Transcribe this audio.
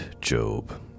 Job